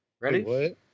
Ready